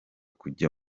kujya